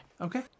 Okay